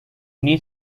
need